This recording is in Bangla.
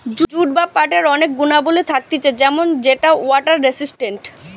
জুট বা পাটের অনেক গুণাবলী থাকতিছে যেমন সেটা ওয়াটার রেসিস্টেন্ট